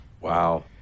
Wow